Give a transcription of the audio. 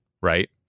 right